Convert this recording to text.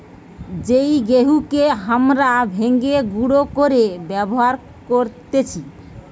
যেই গেহুকে হামরা ভেঙে গুঁড়ো করে ব্যবহার করতেছি